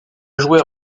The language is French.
jouet